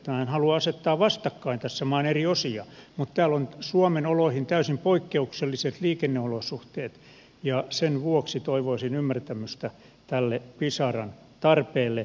minä en halua asettaa vastakkain tässä maan eri osia mutta täällä on suomen oloihin täysin poikkeukselliset liikenneolosuhteet ja sen vuoksi toivoisin ymmärtämystä tälle pisaran tarpeelle